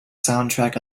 soundtrack